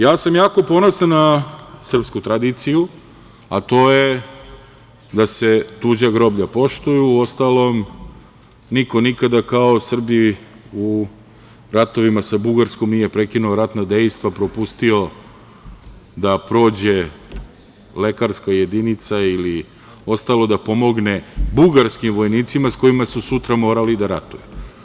Jako sam ponosan na srpsku tradiciju, a to je da se tuđa groblja poštuju, uostalom niko nikada kao Srbi u ratovima sa Bugarskom nije prekinuo ratno dejstvo, propustio da prođe lekarska jedinica ili ostalo, da pomogne bugarskim vojnicima, sa kojima su sutra morali da ratuju.